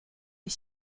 est